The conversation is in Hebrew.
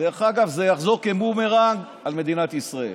דרך אגב, זה יחזור כבומרנג על מדינת ישראל